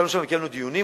ישבנו שם וקיימנו דיונים,